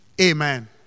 Amen